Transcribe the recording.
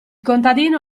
contadino